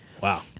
Wow